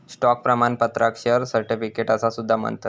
stock प्रमाणपत्राक share certificate असा सुद्धा म्हणतत